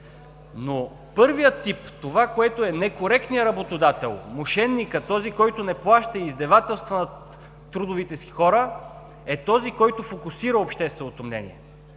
Първият тип – това, което е некоректният работодател, мошеникът, този който не плаща и издевателства над трудовите си хора, е този, който фокусира общественото мнение.